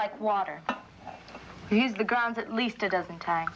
like water he's the ground at least a dozen times